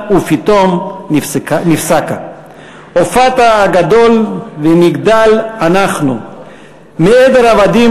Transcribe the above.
ופתאום נפסקה.// הופעת הגדול ונגדל אנחנו / מעדר עבדים